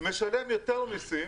הוא משלם יותר מיסים